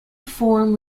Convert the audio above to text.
form